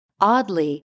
Oddly